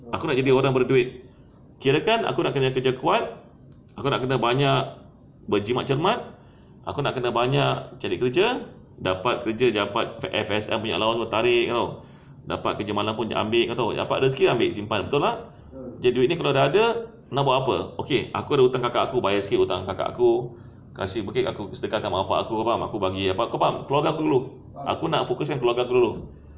aku nak jadi orang berduit kirakan aku nak kena kerja kuat aku nak kena banyak berjimat cermat aku nak kena banyak cari kerja dapat kerja dapat F_S allow tarik [tau] dapat kerja malam pun ambil dapat rezeki ambil simpan betul tak jadi kalau duit ni dah ada nak buat apa okay aku ada hutang kakak aku bayar sikit hutang kakak aku kasih sedekahkan mak bapak aku faham aku bagi apa kau faham keluarga aku dulu aku nak focuskan keluarga aku dulu